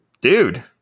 dude